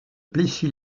plessis